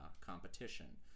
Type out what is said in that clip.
competition